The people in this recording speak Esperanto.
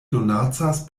donacas